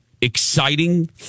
exciting